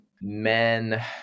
men